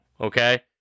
okay